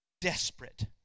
desperate